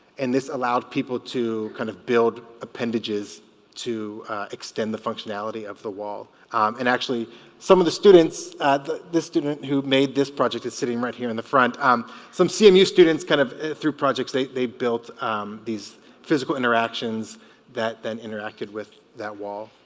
and this allowed people to kind of build appendages to extend the functionality of the wall and actually some of the students this student who made this project is sitting right here in the front um some cmu students kind of through projects they they built these physical interactions that then interacted with that wall